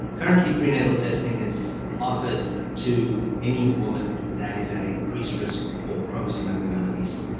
currently pre-natal testing is offered to any woman that is at increased risk for chromosome abnormalities.